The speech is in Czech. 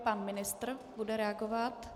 Pan ministr bude reagovat.